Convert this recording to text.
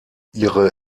ihre